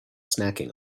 snacking